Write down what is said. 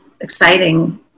exciting